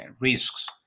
risks